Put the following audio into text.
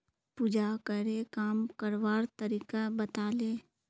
पूजाकरे काम करवार तरीका बताले